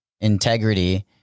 integrity